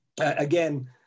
again